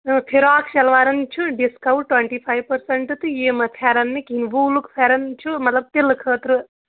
فِراق شَلورَن چھُ ڈِسکاوُنٛٹ ٹُوَنٹی فایِو پٔرسَنٛٹ تہٕ یِمَن پھٮ۪ران نہٕ کِہیٖنۍ ووٗلُک پھٮ۪ران چھُ مطلب تِلہٕ خٲطرٕ